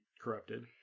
corrupted